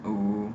oh